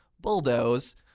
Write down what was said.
Bulldoze